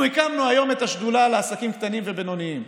אנחנו הקמנו היום את השדולה לעסקים קטנים ובינוניים.